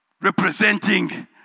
representing